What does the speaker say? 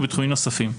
ובתחומים נוספים.